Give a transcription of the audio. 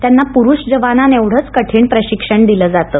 त्यांना पुरुष जवानांएवढंच कठीण प्रशिक्षण दिलं जातं